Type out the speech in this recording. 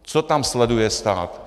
Co tam sleduje stát?